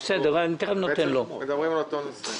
אנחנו בעצם מדברים על אותו נושא.